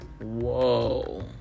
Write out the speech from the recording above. Whoa